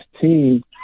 team